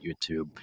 YouTube